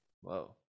Whoa